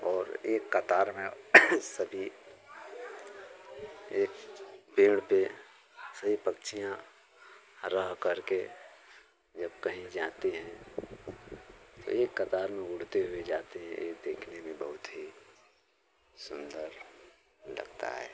और एक कतार में सभी एक पेड़ पर सभी पक्षियाँ रह करके जब कहीं जाती हैं तो एक कतार में उड़ते हुए जाती हैं ये देखने में बहुत ही सुन्दर लगता है